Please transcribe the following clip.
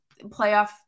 Playoff